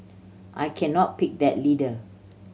I cannot pick that leader